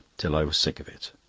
till i was sick of it.